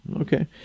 Okay